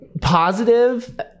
Positive